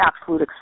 absolute